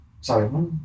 sorry